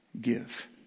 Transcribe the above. give